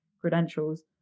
credentials